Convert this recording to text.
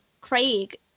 Craig